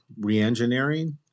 reengineering